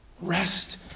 rest